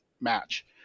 match